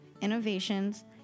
innovations